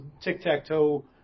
tic-tac-toe